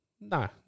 no